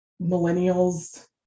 millennials